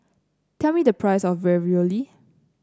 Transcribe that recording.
tell me the price of Ravioli